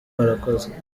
barakoze